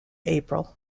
april